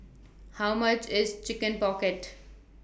How much IS Chicken Pocket